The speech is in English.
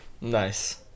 Nice